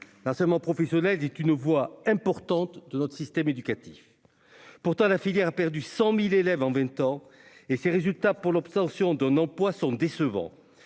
l'enseignement professionnel est une voie importante de notre système éducatif. Pourtant, cette filière a perdu 100 000 élèves en vingt ans et ses résultats pour l'obtention d'un emploi sont décevants.